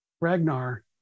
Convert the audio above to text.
Ragnar